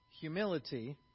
humility